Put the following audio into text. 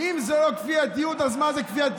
אם זה לא כפייתיות, אז מה זה כפייתיות?